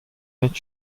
nicht